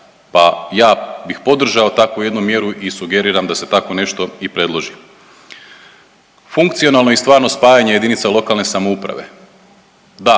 pa ja bih podržao takvu jednu mjeru i sugeriram da se tako nešto i predloži. Funkcionalno i stvarno spajanje JLS, da, to je jedna